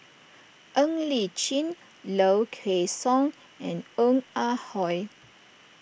Ng Li Chin Low Kway Song and Ong Ah Hoi